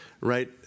right